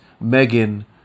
Megan